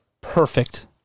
perfect